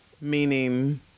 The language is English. meaning